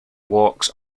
walks